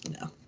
No